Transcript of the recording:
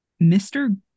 Mr